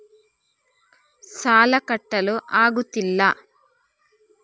ಸಾಲ ಕಟ್ಟಲು ಆಗುತ್ತಿಲ್ಲ